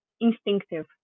instinctive